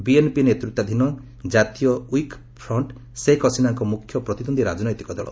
BMP ନେତୂତ୍ୱାଧୀନ କ୍ରାତୀୟ ଓଇକ୍ୟ ଫ୍ରଣ୍ଟ୍ ଶେଖ୍ ହସିନାଙ୍କ ମୁଖ୍ୟ ପ୍ରତିଦ୍ୱନ୍ଦୀ ରାଜନୈତିକ ଦଳ